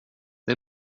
det